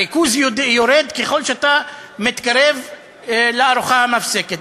הריכוז יורד ככל שאתה מתקרב לארוחה המפסקת.